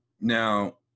Now